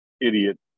idiot